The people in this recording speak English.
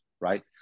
right